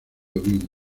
ovino